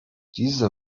diese